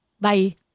Bye